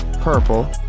purple